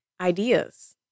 ideas